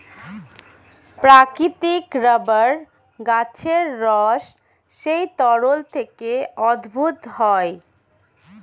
প্রাকৃতিক রাবার গাছের রস সেই তরল থেকে উদ্ভূত হয়